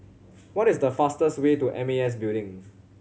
what is the fastest way to M A S Building